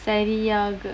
சரியாக:sariyaaga